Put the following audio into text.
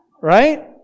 Right